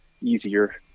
easier